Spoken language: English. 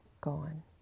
gone